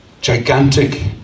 gigantic